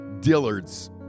Dillard's